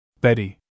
Betty